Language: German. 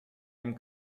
dem